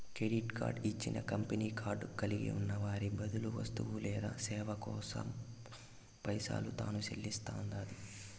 credit card ఇచ్చిన company card కలిగున్న వారి బదులు వస్తువు లేదా సేవ కోసరం పైసలు తాను సెల్లిస్తండాది